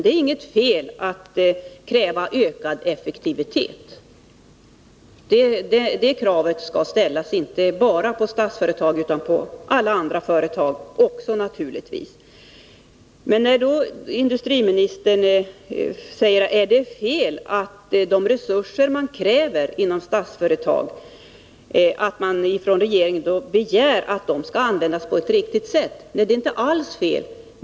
Det är inget fel att kräva ökad effektivitet. Det kravet skall ställas inte bara på Statsföretag utan naturligtvis också på alla andra företag. Industriministern frågar: Är det fel att regeringen begär att de resurser som Statsföretag kräver skall användas på ett effektivt sätt? Nej, det är inte alls fel.